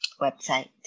website